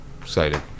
Excited